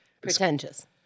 Pretentious